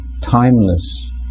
timeless